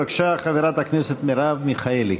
בבקשה, חברת הכנסת מרב מיכאלי.